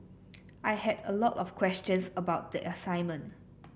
I had a lot of questions about the assignment